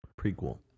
Prequel